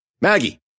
Maggie